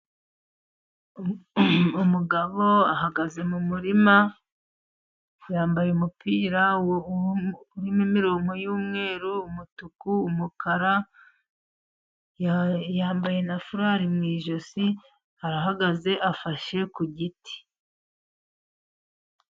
Umugabo ahagaze mu murima yambaye umupira w'ubururu urimo imirongo y'umweru, umutuku n'umukara yambaye na furari mu ijosi arahagaze afashe ku giti.